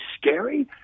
scary